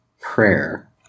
prayer